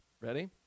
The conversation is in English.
Ready